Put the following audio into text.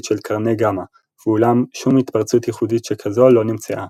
של קרני גמא ואולם שום התפרצות ייחודית שכזו לא נמצאה.